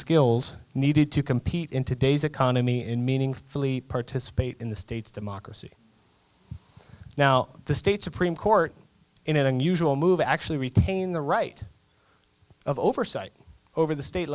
skills needed to compete in today's economy in meaningfully participate in the state's democracy now the state supreme court in an unusual move actually retain the right of oversight over the state